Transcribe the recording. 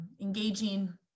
engaging